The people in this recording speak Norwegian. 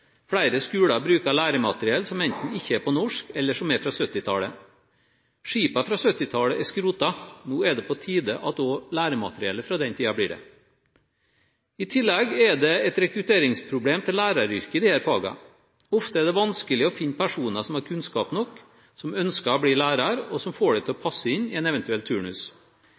Flere skoler bruker læremateriell som enten ikke er på norsk, eller som er fra 1970-tallet. Skipene fra 1970-tallet er skrotet. Nå er det på tide at også læremateriellet fra den tiden blir det. I tillegg er det et rekrutteringsproblem til læreryrket i disse fagene. Ofte er det vanskelig å finne personer som har kunnskap nok, som ønsker å bli lærer, og som får det til å passe inn i en eventuell turnus.